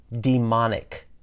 demonic